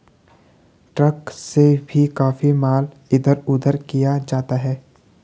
truck से भी काफी माल इधर उधर किया जाता है